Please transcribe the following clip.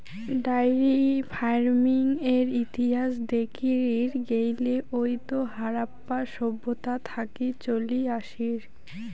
diary ফার্মিংয়ের ইতিহাস দেখির গেইলে ওইতো হারাপ্পা সভ্যতা থাকি চলি আসির